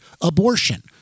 abortion